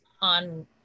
on